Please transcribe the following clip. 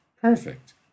Perfect